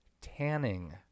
tanning –